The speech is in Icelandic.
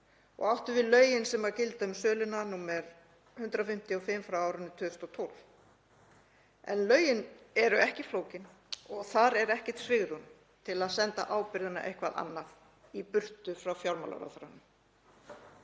áttu við lögin sem gilda um söluna nr. 155/2012. En lögin eru ekki flókin og þar er ekkert svigrúm til að senda ábyrgðina eitthvert annað, í burtu frá fjármálaráðherranum.